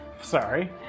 Sorry